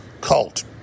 cult